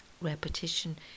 repetition